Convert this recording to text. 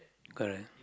correct